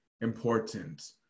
important